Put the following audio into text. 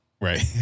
Right